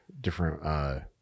different